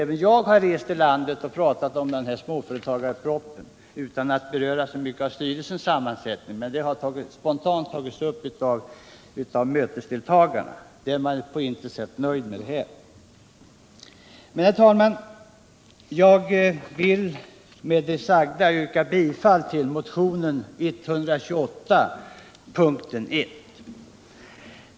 Även jag har rest i landet och pratat om småföretagarpropositionen, utan att så mycket beröra styrelsens sammansättning. Men det har spontant tagits upp av mötesdeltagarna. Man är på intet sätt nöjd med detta. Herr talman! Jag vill med det sagda yrka bifall till motionen 128, punkten 1.